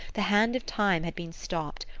the hand of time had been stopped,